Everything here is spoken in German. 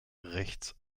rechts